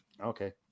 Okay